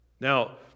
Now